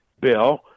bill